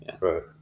Right